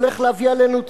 הולך להביא עלינו צונאמי.